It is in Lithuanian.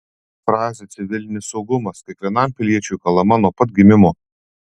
frazė civilinis saugumas kiekvienam piliečiui kalama nuo pat gimimo